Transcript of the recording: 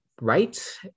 right